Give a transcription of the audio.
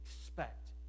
expect